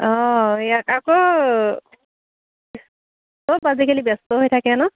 অঁ ইয়াক আকৌ চব আজিকালি ব্যস্ত হৈ থাকে ন